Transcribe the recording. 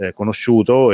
conosciuto